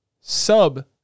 sub